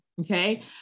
okay